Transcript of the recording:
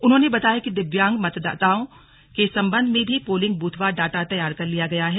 उन्होंने बताया कि दिव्यांग मतदाताओं के संबन्ध में भी पोलिंग ब्रथवार डाटा तैयार कर लिया गया है